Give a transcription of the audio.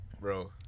Bro